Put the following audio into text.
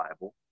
Bible